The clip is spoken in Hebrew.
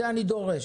את זה אני דורש.